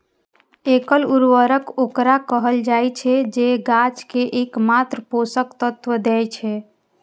एकल उर्वरक ओकरा कहल जाइ छै, जे गाछ कें एकमात्र पोषक तत्व दै छै